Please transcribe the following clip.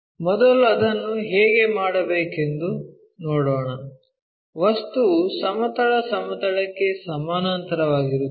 ಮೊದಲು ಅದನ್ನು ಹೇಗೆ ಮಾಡಬೇಕೆಂದು ನೋಡೋಣ ವಸ್ತುವು ಸಮತಲ ಸಮತಲಕ್ಕೆ ಸಮಾನಾಂತರವಾಗಿರುತ್ತದೆ